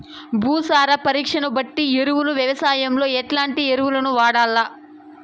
భూసార పరీక్ష బట్టి ఎరువులు వ్యవసాయంలో ఎట్లాంటి ఎరువులు వాడల్ల?